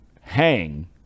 hang